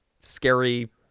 scary